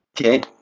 Okay